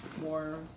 more